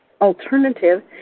alternative